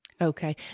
Okay